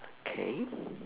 K